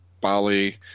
bali